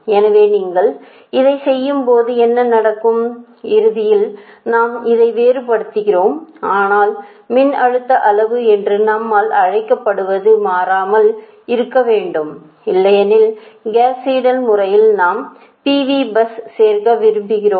எனவே நீங்கள் இதைச் செய்யும்போது என்ன நடக்கும் இறுதியில் நாம் இதை வேறுபடுத்துகிறோம் ஆனால் மின்னழுத்த அளவு என்று நம்மால் அழைக்கப்படுவது மாறாமல் இருக்க வேண்டும் இல்லையெனில் காஸ் சீடெல் முறையில் நாம் PV பஸ் சேர்க்க விரும்புகிறோம்